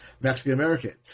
Mexican-American